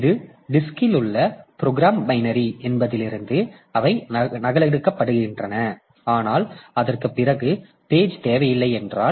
இது டிஸ்க்கு உள்ள ப்ரோக்ராம் பைனரி என்பதிலிருந்து அவை நகலெடுக்கப்படுகின்றன ஆனால் அதற்குப் பிறகு பேஜ் தேவையில்லை என்றால்